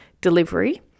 delivery